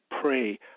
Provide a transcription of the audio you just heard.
pray